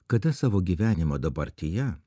kada savo gyvenimo dabartyje